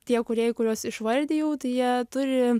tie kūrėjai kuriuos išvardijau tai jie turi